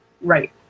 right